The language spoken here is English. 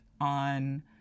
on